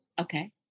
Okay